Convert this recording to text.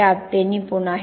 त्यात ते निपुण आहे